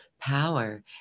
power